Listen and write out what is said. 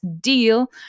deal